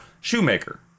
shoemaker